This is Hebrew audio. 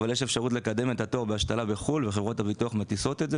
אבל ישנה אפשרות לקדם את התור להשתלה בחו"ל וחברות הביטוח מטיסות לזה,